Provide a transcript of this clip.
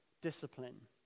discipline